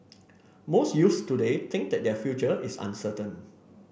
most youths today think that their future is uncertain